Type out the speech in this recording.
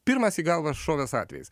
pirmas į galvą šovęs atvejis